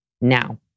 now